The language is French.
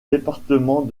département